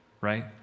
right